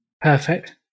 Perfect